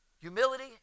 Humility